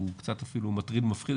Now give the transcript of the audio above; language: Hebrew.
הוא קצת אפילו מטריד ומפחיד,